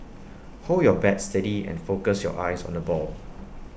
hold your bat steady and focus your eyes on the ball